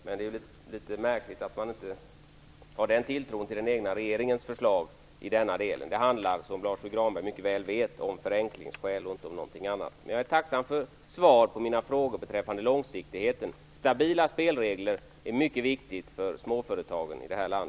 Det är litet märkligt att man inte har en tilltro till den egna regeringens förslag i denna del. Det handlar, som Lars U Granberg mycket väl vet, om förenklingskäl och ingenting annat. Men jag är tacksam för svar på mina frågor beträffande långsiktigheten. Det är mycket viktigt med stabila spelregler för småföretagen i detta land.